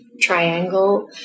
triangle